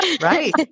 Right